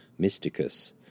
mysticus